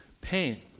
pain